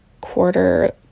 quarter